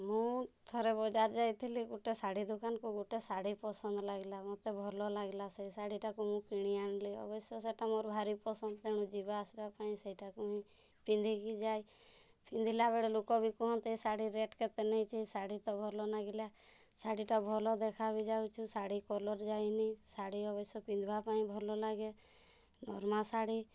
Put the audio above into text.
ମୁଁ ଥରେ ବଜାର୍ ଯାଇଥିଲି ଗୁଟେ ଶାଢ଼ୀ ଦୁକାନକୁ ଗୋଟେ ଶାଢ଼ୀ ପସନ୍ଦ୍ ଲାଗିଲା ମୋତେ ଭଲ ଲାଗିଲା ସେଇ ଶାଢ଼ୀଟାକୁ ମୁଁ କିଣି ଆଣିଲି ଅବଶ୍ୟ ସେଟା ମୋର ଭାରି ପସନ୍ଦ୍ ତେଣୁ ଯିବା ଆସିବା ପାଇଁ ସେଇଟାକୁ ହିଁ ପିନ୍ଧିକି ଯାଏ ପିନ୍ଧିଲା ବେଳେ ଲୁକ ବି କୁହନ୍ତି ଏଇ ଶାଢ଼ୀ ରେଟ୍ କେତେ ନେଇଛି ଏଇ ଶାଢ଼ୀତ ଭଲ ନାଗିଲା ଶାଢ଼ୀଟା ଭଲ ବି ଦେଖାଯାଉଛି ଶାଢ଼ୀ କଲର୍ ଯାଇନି ଶାଢ଼ୀ ଅବଶ୍ୟ ପିନ୍ଧିବା ପାଇଁ ଭଲ ଲାଗେ ନରମା ଶାଢ଼ୀ